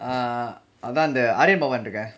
ah அதா அந்த:athaa antha இருக்கே:irukkae